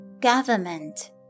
Government